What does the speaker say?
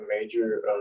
major